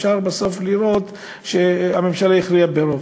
אפשר בסוף לראות שהממשלה הכריעה ברוב,